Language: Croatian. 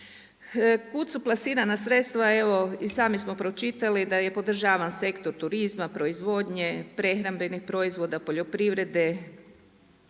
Kud su plasirana sredstva, evo i sami smo pročitali da je podržavan sektor turizma, proizvodnje, prehrambenih proizvoda, poljoprivrede,